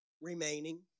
remaining